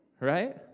right